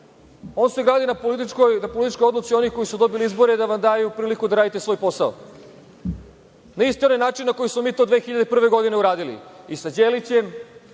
On se gradi na političkoj odluci onih koji su dobili izbore da vam daju priliku da radite svoj posao na isti onaj način na koji smo mi to 2001. godine uradili i sa Đelićem